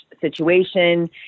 situation